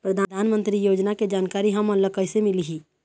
परधानमंतरी योजना के जानकारी हमन ल कइसे मिलही?